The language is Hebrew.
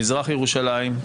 במזרח ירושלים,